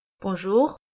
Bonjour